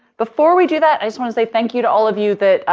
before we do that, i just want to say thank you to all of you that,